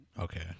Okay